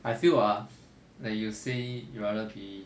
I feel ah that you say you rather be